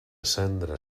cendra